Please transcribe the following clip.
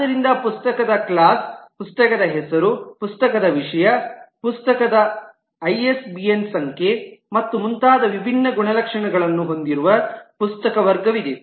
ಆದ್ದರಿಂದ ಪುಸ್ತಕದ ಕ್ಲಾಸ್ ಪುಸ್ತಕದ ಹೆಸರು ಪುಸ್ತಕದ ವಿಷಯ ಪುಸ್ತಕದ ಐಎಸ್ಬಿಎನ್ ಸಂಖ್ಯೆ ಮತ್ತು ಮುಂತಾದ ವಿಭಿನ್ನ ಗುಣಲಕ್ಷಣಗಳನ್ನು ಹೊಂದಿರುವ ಪುಸ್ತಕ ವರ್ಗವಿದೆ